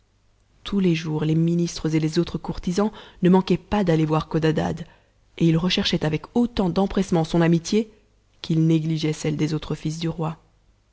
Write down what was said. tous tes jours les ministres et les autres courtisansne manquaient pas d'aller voir codadad et ils recherchaient avec autant d'empressement son amitié qu'ils négligeaient celle des autres fils du roi